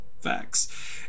facts